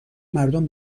مردم